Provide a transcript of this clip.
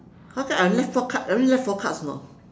how come I only left four card I only left four cards you know